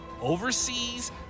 overseas